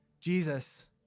Jesus